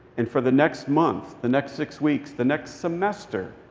and for the next month, the next six weeks, the next semester,